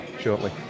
shortly